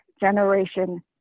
generation